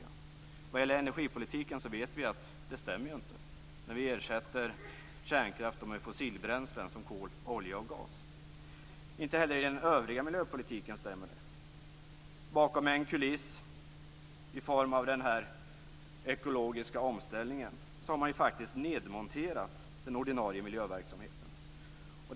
När det gäller energipolitiken vet vi att det inte stämmer när vi ersätter kärnkraft med fossilbränslen som kol, olja och gas. Inte heller i den övriga miljöpolitiken stämmer det. Bakom en kuliss i form av den här ekologiska omställningen har man faktiskt nedmonterat den ordinarie miljöverksamheten.